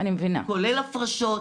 כולל הפרשות,